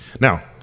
Now